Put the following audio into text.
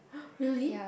really